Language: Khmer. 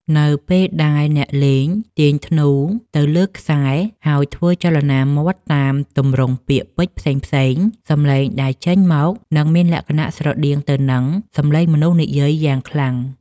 នៅពេលដែលអ្នកលេងទាញធ្នូទៅលើខ្សែ ហើយធ្វើចលនាមាត់តាមទម្រង់ពាក្យពេចន៍ផ្សេងៗ សម្លេងដែលចេញមកនឹងមានលក្ខណៈស្រដៀងទៅនឹងសម្លេងមនុស្សនិយាយយ៉ាងខ្លាំង។